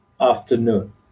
afternoon